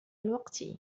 الوقت